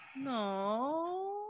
No